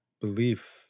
belief